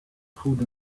food